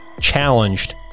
challenged